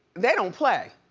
they don't play,